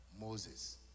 Moses